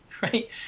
right